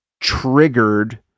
triggered